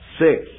Six